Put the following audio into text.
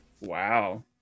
Wow